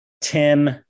Tim